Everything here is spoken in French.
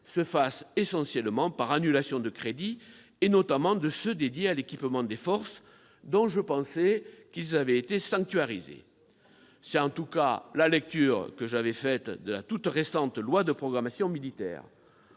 se fasse essentiellement par annulation de crédits, notamment ceux qui sont dédiés à l'équipement des forces, dont je pensais qu'ils avaient été sanctuarisés. Mais oui ! C'est en tout cas la lecture que j'avais faite de la toute récente loi de programmation militaire.